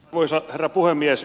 arvoisa herra puhemies